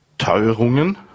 Teuerungen